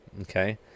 Okay